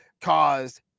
caused